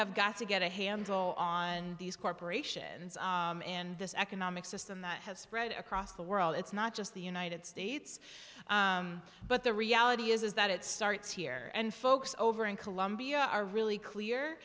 have got to get a handle on these corporations and this economic system that has spread across the world it's not just the united states but the reality is that it starts here and folks over in colombia are really clear